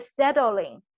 settling